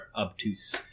obtuse